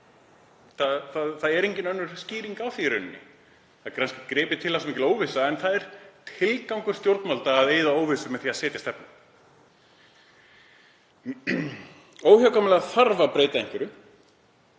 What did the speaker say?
Það er engin önnur skýring á því í rauninni. Það er kannski satt að það sé mikil óvissa, en það er tilgangur stjórnvalda að eyða óvissu með því að setja stefnu. Óhjákvæmilega þarf að breyta einhverju,